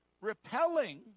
repelling